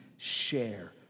Share